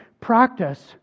practice